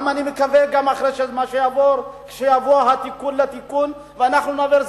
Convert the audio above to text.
ואני מקווה גם אחרי מה שיעבור כשיבוא התיקון לתיקון ואנחנו נעביר,